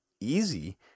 easy